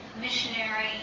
missionary